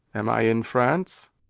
am i in france?